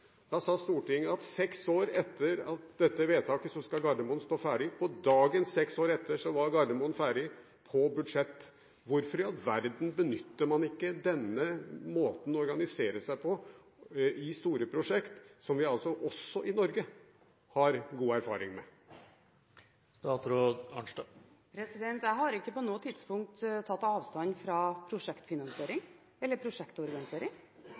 Da sa Stortinget at seks år etter dette vedtaket, skal Gardermoen stå ferdig. På dagen seks år etter var Gardermoen ferdig – på budsjett. Hvorfor i all verden benytter man ikke denne måten å organisere seg på i store prosjekter, som vi altså også i Norge har god erfaring med? Jeg har ikke på noe tidspunkt tatt avstand fra prosjektfinansiering eller prosjektorganisering.